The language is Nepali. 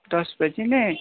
दस बजी नै